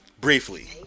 briefly